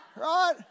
right